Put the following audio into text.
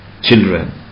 children